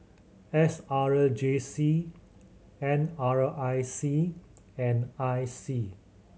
S R J C N R I C and I C